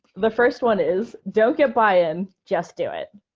the first one is don't get buy-in, just do it.